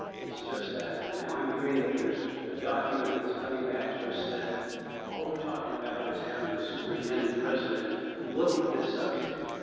it's just that, and now i'm hearing that there's a document that's coming back to us, that all we're talking about is having the superintendent-president look at this subject,